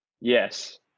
Yes